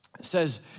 says